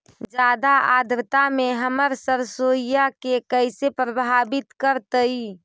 जादा आद्रता में हमर सरसोईय के कैसे प्रभावित करतई?